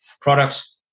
products